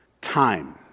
time